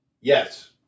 Yes